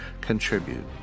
Contribute